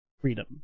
freedom